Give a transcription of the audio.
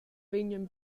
vegnan